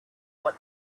what